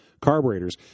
carburetors